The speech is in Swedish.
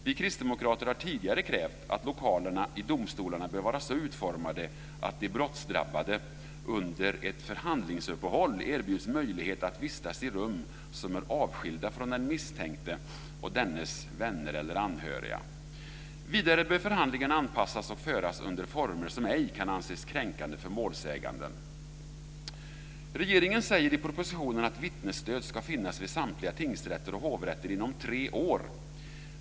Vi kristdemokrater har tidigare krävt att lokalerna i domstolarna bör vara så utformade att de brottsdrabbade under ett förhandlingsuppehåll erbjuds möjlighet att vistas i rum som är avskilda från den misstänkte och dennes vänner eller anhöriga. Vidare bör förhandlingarna anpassas och föras under former som ej kan anses kränkande för målsäganden. Regeringen säger i propositionen att vittnesstöd ska finnas vid samtliga tingsrätter och hovrätter inom tre år.